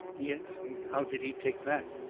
yes. and how did he take that?